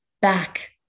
back